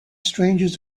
strangest